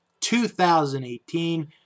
2018